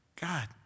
God